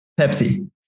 Pepsi